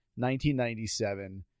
1997